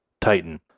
Titan